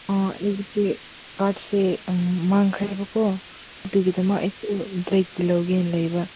ꯑꯥ ꯀꯥꯔꯗꯁꯦ ꯃꯥꯡꯈ꯭ꯔꯦꯕꯀꯣ ꯑꯗꯨꯒꯤꯗꯃꯛ ꯑꯩꯁꯨ ꯕ꯭ꯂꯦꯛꯀꯤ ꯂꯧꯒꯦ ꯍꯥꯏꯅ ꯂꯩꯕ